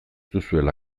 duzuela